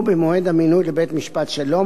או במועד המינוי לבית-משפט השלום,